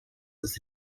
ist